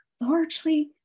largely